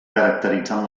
caracteritzant